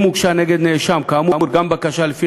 אם הוגשה נגד נאשם כאמור גם בקשה לפי